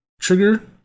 trigger